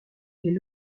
les